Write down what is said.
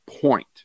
point